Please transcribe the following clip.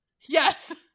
Yes